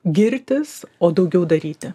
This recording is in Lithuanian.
girtis o daugiau daryti